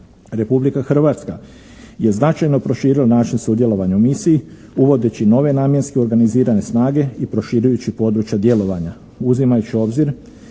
Republika Hrvatska je značajno proširila naše sudjelovanje u misiji, uvodeći nove namjenske organizirane snage i proširujući područje djelovanja, uzimajući u obzir